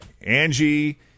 Angie